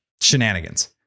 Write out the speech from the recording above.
shenanigans